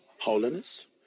holiness